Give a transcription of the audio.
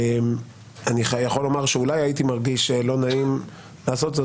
אני יכול לומר שאולי הייתי מרגיש לא נעים לעשות זאת